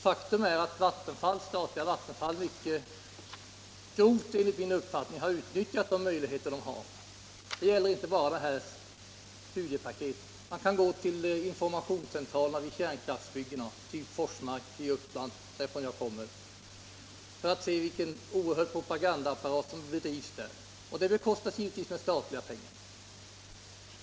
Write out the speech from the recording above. Det statliga Vattenfall har enligt min uppfattning mycket klokt utnyttjat de möjligheter som finns; det gäller inte bara det här studiepaketet. Man kan gå till informationscentraler vid kärnkraftsbyggnader, exempelvis till Forsmark i Uppland som jag kommer ifrån, för att se vilken oerhörd propagandaapparat som finns där. Propagandan bekostas givetvis med statliga pengar.